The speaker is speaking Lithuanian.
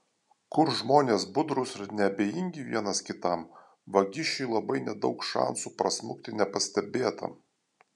kur žmonės budrūs ir neabejingi vienas kitam vagišiui labai nedaug šansų prasmukti nepastebėtam